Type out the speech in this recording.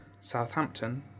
Southampton